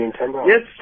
Yes